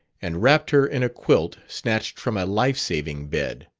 and wrapped her in a quilt snatched from a life-saving bed.